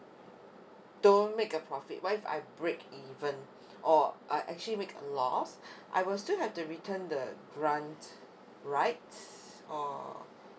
don't make a profit what if I breakeven or I actually make a loss I will still have to return the grant right or